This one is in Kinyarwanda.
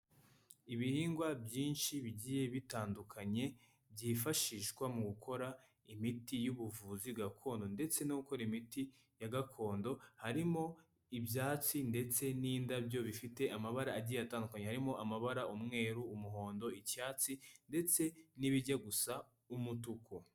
Ibihingwa byinshi bigiye bitandukanye byifashishwa mu gukora imiti y'ubuvuzi gakondo ndetse no gukora imiti ya gakondo, harimo ibyatsi ndetse n'indabyo bifite amabara agiye atandukanye, harimo amabara umweru, umuhondo, icyatsi ndetse n'ibijya gusa umutuku.